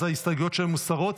אז ההסתייגויות שלהן מוסרות.